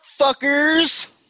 fuckers